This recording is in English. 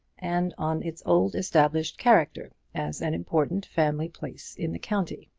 and on its old-established character as an important family place in the county.